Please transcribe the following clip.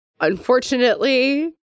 Unfortunately